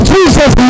Jesus